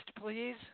please